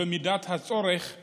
במידת הצורך יש